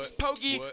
pokey